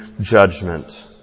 judgment